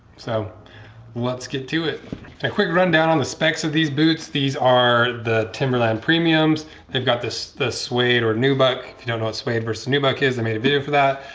so let's get to it. a quick rundown on the specs of these boots these are the timberland premiums they've got this the suede or nubuck. if you don't know what suede versus nubuck is i made a video for that.